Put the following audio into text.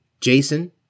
Jason